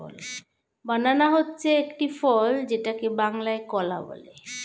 বানানা হচ্ছে একটি ফল যেটাকে বাংলায় কলা বলে